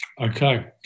Okay